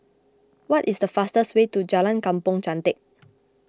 what is the fastest way to Jalan Kampong Chantek